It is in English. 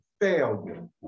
failure